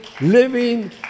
living